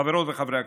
חברות וחברי הכנסת,